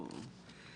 דיסקונט.